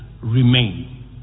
remain